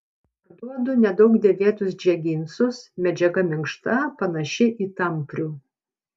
parduodu nedaug dėvėtus džeginsus medžiaga minkšta panaši į tamprių